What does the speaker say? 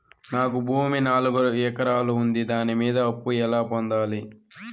నాకు భూమి నాలుగు ఎకరాలు ఉంది దాని మీద అప్పు ఎలా పొందాలి?